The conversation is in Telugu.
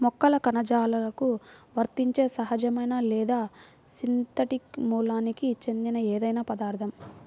మొక్కల కణజాలాలకు వర్తించే సహజమైన లేదా సింథటిక్ మూలానికి చెందిన ఏదైనా పదార్థం